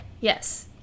Yes